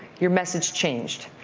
your message changed,